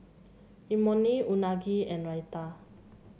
Imoni Unagi and Raita